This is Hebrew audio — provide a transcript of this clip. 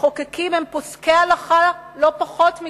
הם פוסקי הלכה לא פחות מכל רב.